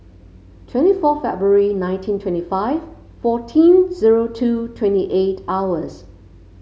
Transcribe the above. twenty four February nineteen twenty five fourteen zero two twenty eight hours